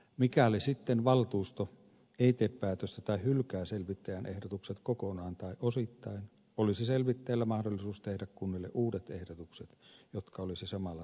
mikäli sitten valtuusto ei tee päätöstä tai hylkää selvittäjän ehdotukset kokonaan tai osittain olisi selvittäjällä mahdollisuus tehdä kunnille uudet ehdotukset jotka olisi samalla tavoin käsiteltävä